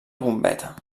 bombeta